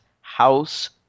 house